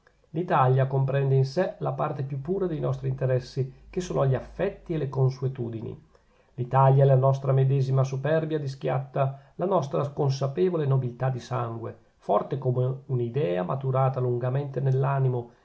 l'italia comprende in sè la parte più pura dei nostri interessi che sono gli affetti e le consuetudini l'italia è la nostra medesima superbia di schiatta la nostra consapevole nobiltà di sangue forte come un'idea maturata lungamente nell'animo